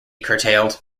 curtailed